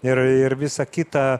ir ir visa kita